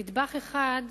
נדבך אחד,